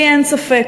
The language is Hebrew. לי אין ספק,